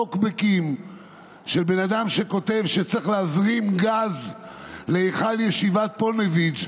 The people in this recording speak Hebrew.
טוקבקים של בן אדם שכותב שצריך להזרים גז להיכל ישיבת פוניבז',